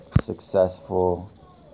successful